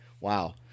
wow